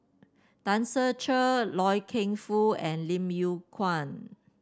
Tan Ser Cher Loy Keng Foo and Lim Yew Kuan